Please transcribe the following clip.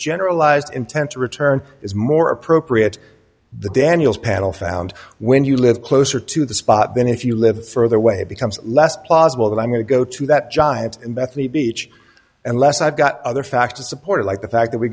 generalized intent to return is more appropriate the daniels panel found when you live closer to the spot than if you live further away becomes less plausible and i'm going to go to that giant in bethany beach unless i've got other factors supported like the fact that we